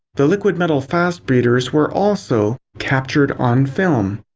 the liquid metal fast breeders were also captured on film.